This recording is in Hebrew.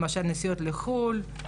למשל נסיעות לחו"ל,